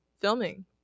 filming